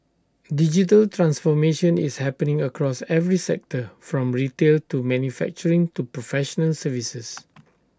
digital transformation is happening across every sector from retail to manufacturing to professional services